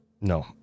No